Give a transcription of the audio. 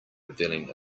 revealing